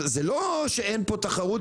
זה לא שאין פה תחרות,